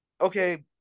okay